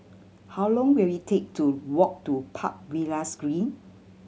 how long will it take to walk to Park Villas Green